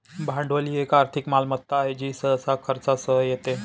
भांडवल ही एक आर्थिक मालमत्ता आहे जी सहसा खर्चासह येते